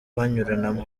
banyuranamo